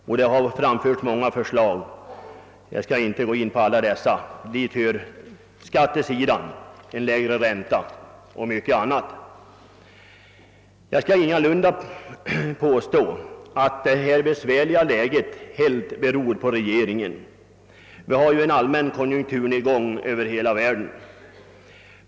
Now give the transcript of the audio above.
Jag skall inte gå in på alla förslag som framförts, men dit hör skattefrågan, en lägre ränta och mycket annat. Jag vill ingalunda påstå att det nuvarande besvärliga läget helt beror på regeringen. Det råder ju en allmän, låt oss hoppas tillfällig, konjunkturnedgång över hela världen.